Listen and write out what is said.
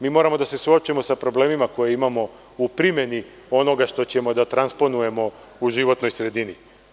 Mi moramo da se suočimo sa problemima koje imamo u primeni onoga što ćemo da transponujemo u životnoj sredini.